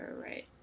right